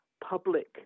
public